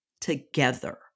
together